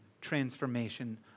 transformation